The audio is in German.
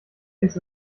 ins